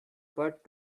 but